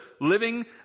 living